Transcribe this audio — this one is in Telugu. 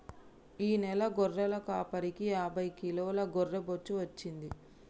ఈ నెల గొర్రెల కాపరికి యాభై కిలోల గొర్రె బొచ్చు వచ్చింది